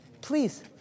Please